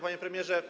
Panie Premierze!